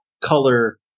color